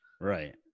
right